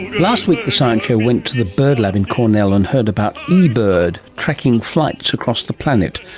last week the science show went to the bird lab in cornell and heard about ebird, tracking flights across the planet.